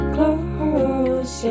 Close